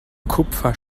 kupfer